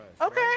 Okay